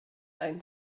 ein